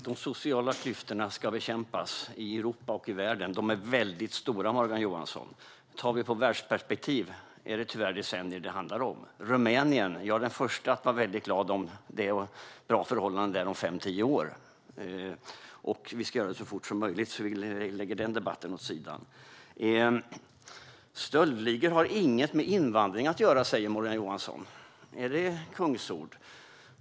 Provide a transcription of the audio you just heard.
Herr talman! De sociala klyftorna ska bekämpas, i Europa och i världen. De är väldigt stora, Morgan Johansson. Ur ett världsperspektiv är det tyvärr decennier det handlar om. Jag är den första att vara väldigt glad om det är bra förhållanden i Rumänien om fem till tio år. Vi ska göra detta så fort som möjligt. Då kan vi lägga den debatten åt sidan. Stöldligor har inget med invandring att göra, säger Morgan Johansson. Är det kungsord?